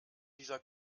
dieser